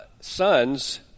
sons